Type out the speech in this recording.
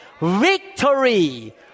victory